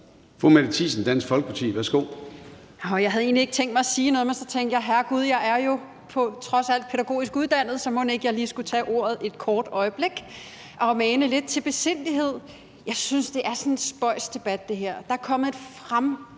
Mette Thiesen (DF): Jeg havde egentlig ikke tænkt mig at sige noget, men så tænkte jeg: Herregud, jeg er jo trods alt pædagogisk uddannet, så mon ikke jeg lige skulle tage ordet et kort øjeblik og mane lidt til besindighed. Jeg synes, at det her er sådan en spøjs debat. Der er kommet et